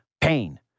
pain